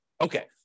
Okay